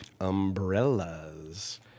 Umbrellas